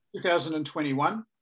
2021